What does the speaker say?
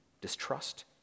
distrust